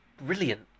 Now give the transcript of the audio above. brilliant